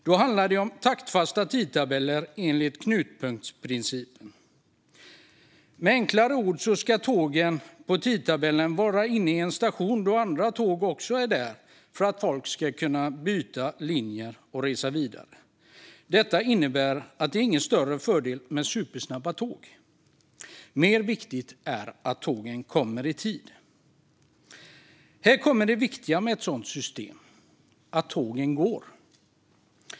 Då handlar det om taktfasta tidtabeller enligt knutpunktsprincipen. Med enklare ord ska tågen enligt tidtabell vara inne på en station då andra tåg också är där, för att folk ska kunna byta linje och resa vidare. Detta innebär att det inte är någon större fördel med supersnabba tåg. Mer viktigt är att tågen kommer i tid, och här kommer det viktiga med ett sådant system: att tågen går.